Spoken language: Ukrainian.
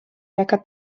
яка